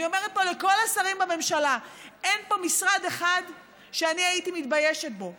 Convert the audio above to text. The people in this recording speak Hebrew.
אני אומרת פה לכל השרים בממשלה: אין פה משרד אחד שאני הייתי מתביישת בו.